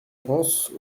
réponses